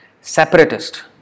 separatist